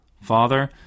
father